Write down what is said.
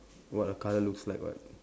what a colour looks like what